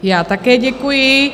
Já také děkuji.